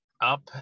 up